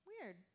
Weird